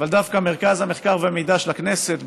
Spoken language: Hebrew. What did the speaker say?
אבל דווקא מרכז המחקר והמידע של הכנסת,